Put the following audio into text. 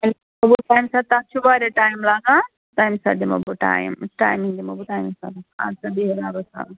تَمہِ ساتہٕ چھُ واریاہ ٹایِم لاگان تَمہِ ساتہٕ دِمہو بہٕ ٹایم ٹایمِنٛگ دِمہو بہٕ تَمی ساتہٕ اَدٕ سا بِہِو رۄبَس حوال